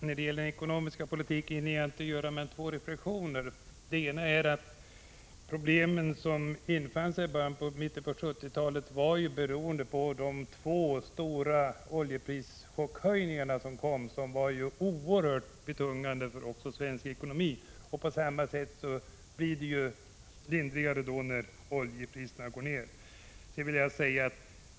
Herr talman! Jag hinner inte göra mer än två reflexioner om den ekonomiska politiken. Den ena är att problemen som infann sig i mitten av 1970-talet berodde på de två stora chockprishöjningarna på olja som var oerhört betungande för svensk ekonomi. På samma sätt blir det lindrigare när oljepriserna går ned.